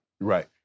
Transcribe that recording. Right